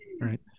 right